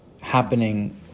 happening